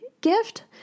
gift